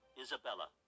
isabella